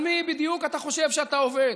על מי בדיוק אתה חושב שאתה עובד?